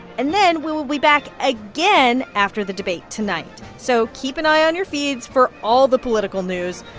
and then we'll we'll be back again after the debate tonight. so keep an eye on your feeds for all the political news.